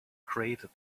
created